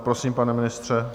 Prosím, pane ministře.